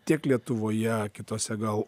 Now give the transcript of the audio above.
tiek lietuvoje kitose gal